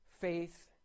faith